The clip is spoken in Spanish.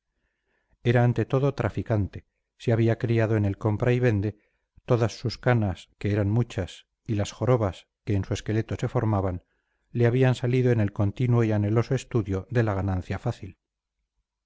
era ante todo traficante se había criado en el compra y vende todas sus canas que eran muchas y las jorobas que en su esqueleto se formaban le habían salido en el continuo y anheloso estudio de la ganancia fácil